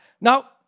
Now